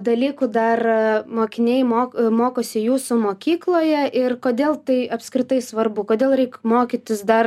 dalykų dar mokiniai mok mokosi jūsų mokykloje ir kodėl tai apskritai svarbu kodėl reik mokytis dar